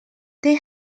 they